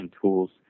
tools